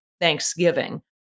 Thanksgiving